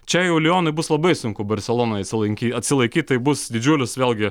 čia jau lionui bus labai sunku barselonoje antsilan atsilaikyti tai bus didžiulis vėlgi